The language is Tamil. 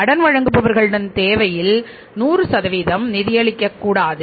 கடன் வாங்குபவர்களின் தேவையில் 100 நிதியளிக்கக்கூடாது